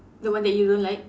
the one that you don't like